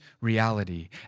reality